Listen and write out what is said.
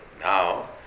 Now